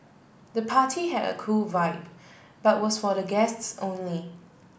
the party had a cool vibe but was for the guests only